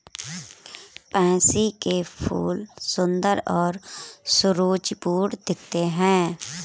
pansy के फूल सुंदर और सुरुचिपूर्ण दिखते हैं